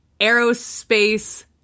Aerospace